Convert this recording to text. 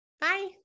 Bye